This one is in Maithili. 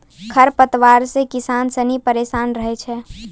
खरपतवार से किसान सनी परेशान रहै छै